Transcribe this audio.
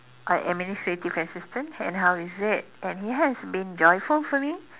a administrative assistant and how is it and it has been joyful for me